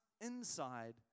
inside